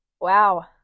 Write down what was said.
Wow